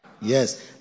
Yes